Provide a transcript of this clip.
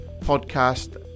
podcast